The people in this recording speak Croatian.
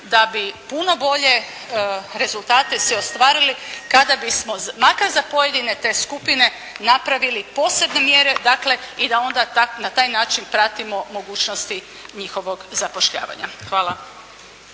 da bi puno bolje rezultate ostvarili kada bismo makar za pojedine te skupine napravili posebne mjere, dakle i da onda na taj način pratimo mogućnosti njihovog zapošljavanja. Hvala.